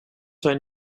zijn